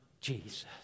Jesus